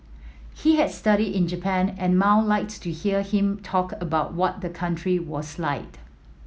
he had studied in Japan and Mao liked to hear him talk about what the country was like